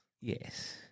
Yes